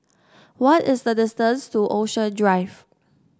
what is the distance to Ocean Drive